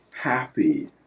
Happy